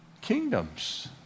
kingdoms